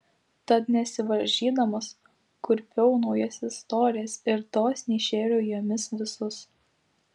tad nesivaržydamas kurpiau naujas istorijas ir dosniai šėriau jomis visus